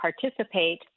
participate